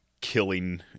killing